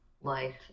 life